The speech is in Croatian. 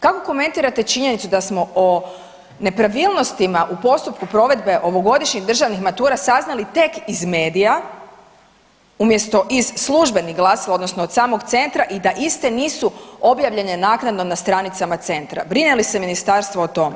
Kako komentirate činjenicu da smo o nepravilnostima u postupku provedbe ovogodišnjih državnih matura saznali tek iz medija umjesto iz službenih glasila odnosno od samog centra i da iste nisu objavljene naknadno na stranicama centra, brine li se ministarstvo o tome?